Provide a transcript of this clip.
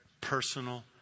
personal